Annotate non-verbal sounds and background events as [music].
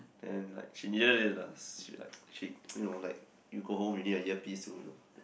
then like she needed it ah she like [noise] she [noise] you know like you go home you need a earpiece to